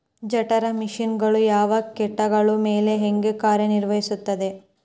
ಜಠರ ವಿಷಯಗಳು ಯಾವ ಕೇಟಗಳ ಮೇಲೆ ಹೇಗೆ ಕಾರ್ಯ ನಿರ್ವಹಿಸುತ್ತದೆ?